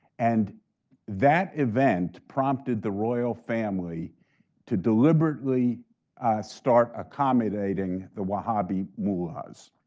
and that event prompted the royal family to deliberately start accommodating the wahhabi muwahs.